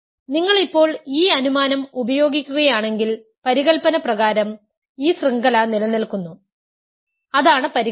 നിങ്ങൾ ഇപ്പോൾ ഈ അനുമാനം ഉപയോഗിക്കുകയാണെങ്കിൽ പരികല്പന പ്രകാരം ഈ ശൃംഖല നിലനിൽക്കുന്നു അതാണ് പരികല്പന